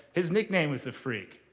his nickname was the freak,